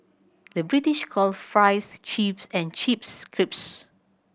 the British call fries chips and chips crisps